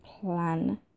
plan